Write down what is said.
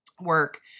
work